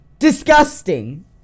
Disgusting